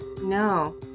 No